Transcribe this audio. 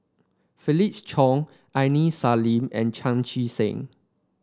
Felix Cheong Aini Salim and Chan Chee Seng